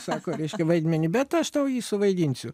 sako reiškia vaidmenį bet aš tau jį suvaidinsiu